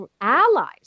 allies